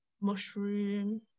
mushroom